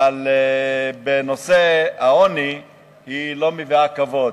בנושא העוני היא לא מביאה כבוד.